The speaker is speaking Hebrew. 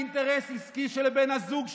לאינטרס עסקי של בן הזוג שלה?